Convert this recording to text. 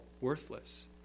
worthless